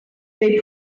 they